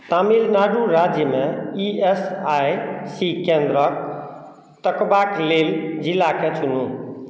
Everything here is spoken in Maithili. तमिलनाडु राज्यमे ई एस आई सी केन्द्रक तकबाक लेल जिलाके चुनू